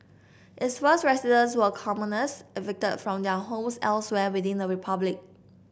its first residents were commoners evicted from their homes elsewhere within the republic